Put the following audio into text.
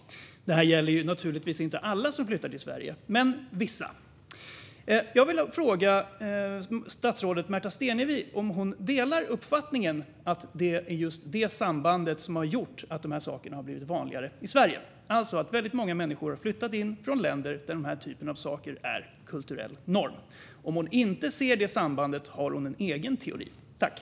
Det här gäller naturligtvis inte alla som flyttar till Sverige, men vissa. Jag vill fråga statsrådet Märta Stenevi om hon delar uppfattningen att det är just detta samband som har gjort att dessa saker har blivit vanligare i Sverige, det vill säga att väldigt många människor har flyttat hit från länder där det här är kulturell norm. Om hon inte ser detta samband undrar jag om hon har någon egen teori.